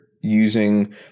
using